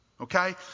okay